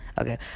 okay